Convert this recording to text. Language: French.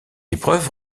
épreuve